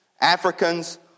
Africans